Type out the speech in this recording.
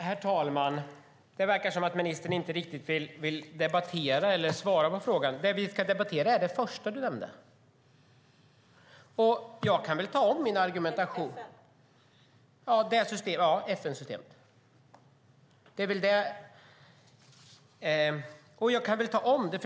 Herr talman! Det verkar som att ministern inte vill debattera eller svara på frågan. Det vi ska debattera är det första du nämnde. Jag kan väl ta om min argumentation. : Är det FN-systemet?) Ja, det är FN-systemet.